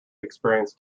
experienced